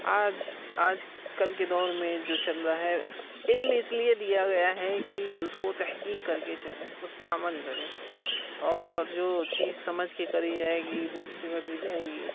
آج آجکل کے دور میں جو چل رہا ہے علم اس لیے دیا گیا ہے کہ اس کو تحقیق کر کے چلیں اس پہ عمل کریں اور جو چیز سمجھ کے کری جائے گی بوجھ کے کری جائے گی